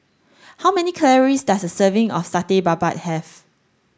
how many calories does a serving of Satay Babat have